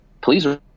please